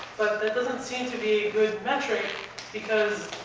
but that doesn't seem to be a good metric because,